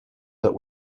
that